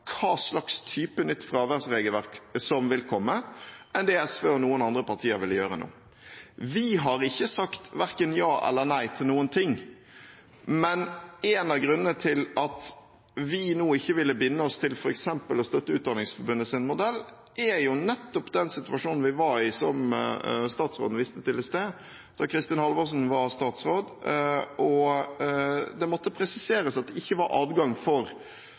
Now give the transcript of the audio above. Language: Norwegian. hva slags type nytt fraværsregelverk som vil komme, enn det SV og noen andre partier ville gjøre nå. Vi har ikke sagt verken ja eller nei til noen ting, men én av grunnene til at vi nå ikke ville binde oss til f.eks. å støtte Utdanningsforbundets modell, er den situasjonen vi var i, som statsråden viste til i sted, da Kristin Halvorsen var statsråd og det måtte presiseres at det ikke var adgang for